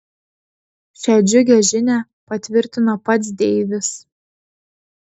šią džiugią žinią patvirtino pats deivis